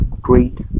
great